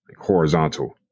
horizontal